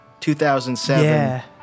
2007